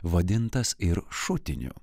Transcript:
vadintas ir šutiniu